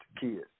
kids